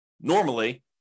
normally